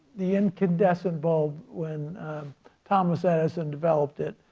the incandescent bulb when thomas edison developed it,